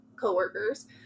co-workers